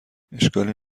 اشکالی